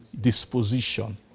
disposition